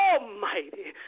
Almighty